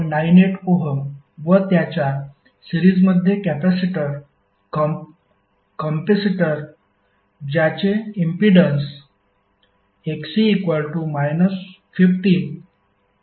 98 ohm व त्याच्या सिरीजमध्ये कॅपेसिटर ज्याचे इम्पीडन्स Xc 15 असा Z बनलेला आहे